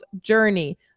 journey